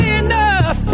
enough